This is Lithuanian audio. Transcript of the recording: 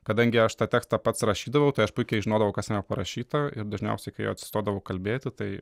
kadangi aš tą tekstą pats rašydavau tai aš puikiai žinodavau kas jame parašyta ir dažniausiai kai atsistodavau kalbėti tai